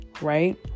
right